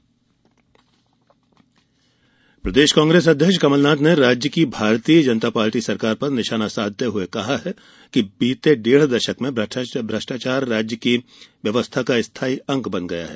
कलमनाथ भ्रष्टाचार प्रदेश कांग्रेस अध्यक्ष कमलनाथ ने राज्य की भारतीय जनता पार्टी सरकार पर निशाना साधते हुए कहा कि बीते डेढ़ दशक में भ्रष्टाचार राज्य की व्यवस्था का स्थायी अंग बन गया है